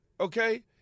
Okay